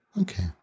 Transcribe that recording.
Okay